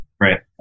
Right